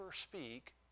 speak